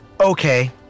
Okay